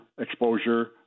exposure